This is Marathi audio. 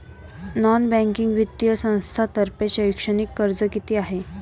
नॉन बँकिंग वित्तीय संस्थांतर्फे शैक्षणिक कर्ज किती आहे?